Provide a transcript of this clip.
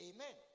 Amen